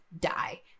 die